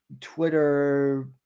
Twitter